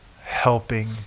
helping